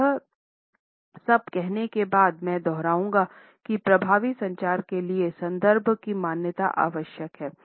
यह सब कहने के बाद मैं दोहराऊंगा की प्रभावी संचार के लिए संदर्भ की मान्यता आवश्यक है